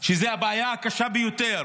שזו הבעיה הקשה ביותר